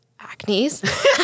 acnes